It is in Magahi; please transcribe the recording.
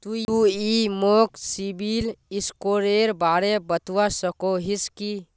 तुई मोक सिबिल स्कोरेर बारे बतवा सकोहिस कि?